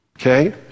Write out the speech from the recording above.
okay